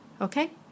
Okay